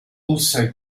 also